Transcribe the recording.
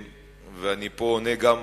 ואני פה עונה גם